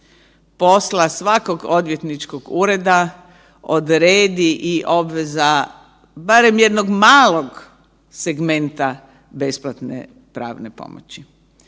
posla svakog odvjetničkog ureda, odredi i obveza barem jednog malog segmenta besplatne pravne pomoći